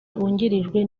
wungirijwe